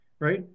right